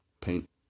Paint